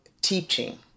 teaching